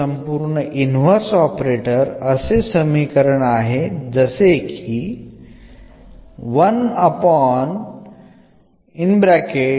അതിനായി എന്ന inverse operator നമ്മൾ ഉപയോഗിക്കുന്നു